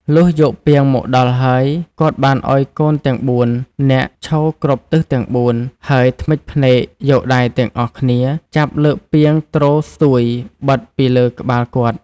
លុះយកពាងមកដល់ហើយ គាត់បានឲ្យកូនទាំង ៤ នាក់ឈរគ្រប់ទិសទាំងបួន ហើយធ្មេចភ្នែកយកដៃទាំងអស់គ្នាចាប់លើកពាងទ្រស្ទួយបិទពីលើក្បាលគាត់។